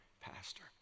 pastor